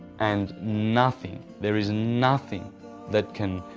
and nothing, there's nothing that can